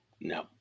no